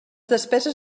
despeses